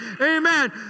Amen